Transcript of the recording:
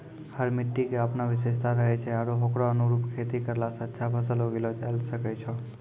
हर मिट्टी के आपनो विशेषता रहै छै आरो होकरो अनुरूप खेती करला स अच्छा फसल उगैलो जायलॅ सकै छो